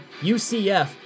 UCF